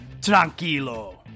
tranquilo